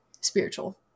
spiritual